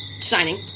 signing